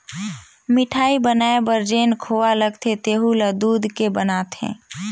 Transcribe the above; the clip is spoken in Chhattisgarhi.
मिठाई बनाये बर जेन खोवा लगथे तेहु ल दूद के बनाथे